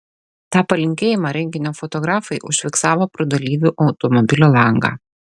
tą palinkėjimą renginio fotografai užfiksavo pro dalyvių automobilio langą